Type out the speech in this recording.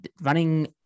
running